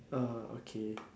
uh okay